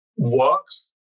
Works